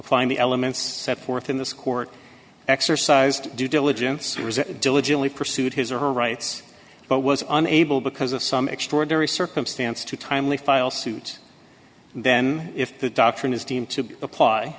applying the elements set forth in this court exercised due diligence diligently pursued his or her rights but was unable because of some extraordinary circumstance to timely file suit then if the doctrine is deemed to apply